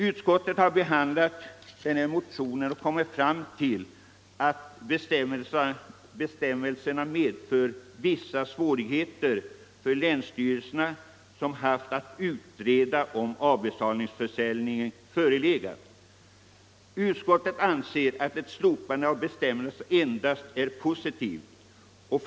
Utskottet har vid sin behandling av denna motion kommit fram till att bestämmelsen medfört vissa svårigheter för länsstyrelserna, som haft att utreda om avbetalningsförsäljning verkligen förelegat. Utskottet anser att ett slopande av bestämmelsen endast medför positiva verkningar.